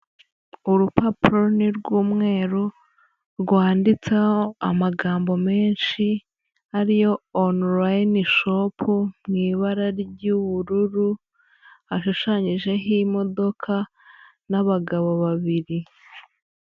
Urupapuro ni rw'umweru, rwanditseho amagambo menshi, ariyo onurayini shopu mu ibara ry'ubururu, ashushanyijeho imodoka n'abagabo babiri.